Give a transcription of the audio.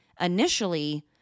Initially